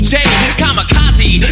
Kamikaze